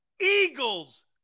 Eagles